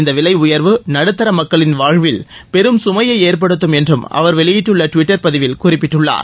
இந்த விலை உயர்வு நடுத்தர மக்களின் வாழ்வில் பெரும் சுமையை ஏற்படுத்தும் என்றும் அவர் வெளியிட்டுள்ள டுவிட்டர் பதிவில் குறிப்பிட்டுள்ளார்